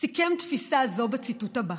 סיכם תפיסה זו בציטוט הבא: